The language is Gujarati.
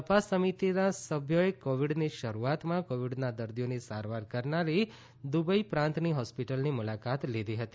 તપાસ સમિતિના સભ્યોએ કોવીડની શરૂઆતમાં કોવીડના દર્દીઓની સારવાર કરનારી હ્બેઇ પ્રાંતની હોસ્પિટલની મુલાકાત લીધી છે